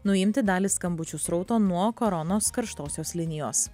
nuimti dalį skambučių srauto nuo koronos karštosios linijos